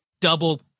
double